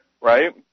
right